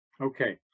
Okay